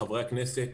חברי הכנסת,